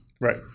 Right